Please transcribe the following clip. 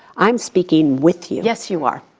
i'm speaking with you. yes you are.